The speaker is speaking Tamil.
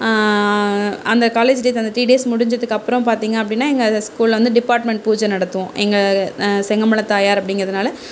அந்த காலேஜ் டே த்ரீ டேஸ் முடிஞ்சதுக்கப்பறம் பார்த்திங்க அப்படின்னா எங்கள் ஸ்கூலில் வந்து டிபார்ட்மெண்ட் பூஜை நடத்துவோம் எங்கள் செங்கமல தாயார் அப்படிங்கறதுனால